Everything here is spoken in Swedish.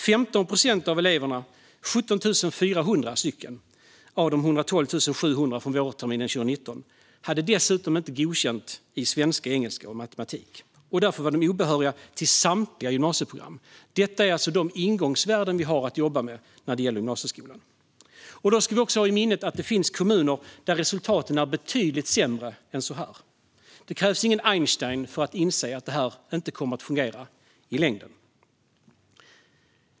15 procent av eleverna, 17 400 av de 112 700 från vårterminen 2019, hade dessutom inte godkänt i svenska, engelska och matematik. Därför var de obehöriga till samtliga gymnasieprogram. Detta är alltså de ingångsvärden som vi har att jobba med när det gäller gymnasieskolan. Då ska vi också ha i minnet att det finns kommuner där resultaten är betydligt sämre än så. Det krävs ingen Einstein för att inse att detta inte kommer att fungera i längden.